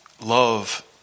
love